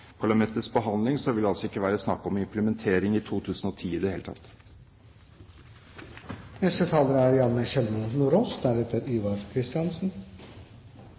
vil det altså ikke være snakk om implementering i 2010 i det hele